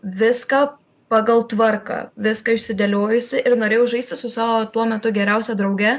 viską pagal tvarką viską išsidėliojusi ir norėjau žaisti su savo tuo metu geriausia drauge